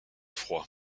froid